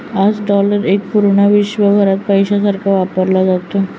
आज डॉलर एक पूर्ण विश्वभरात पैशासारखा वापरला जातो